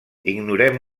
ignorem